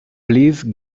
please